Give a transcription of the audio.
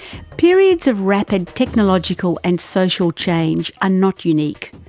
periods of rapid technological and social change are not unique.